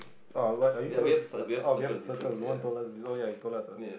oh what are we are supposed to oh we have to circle no one told us this oh ya you told us ah